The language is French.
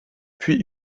puis